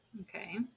Okay